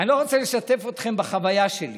אני לא רוצה לשתף אתכם בחוויה שלי,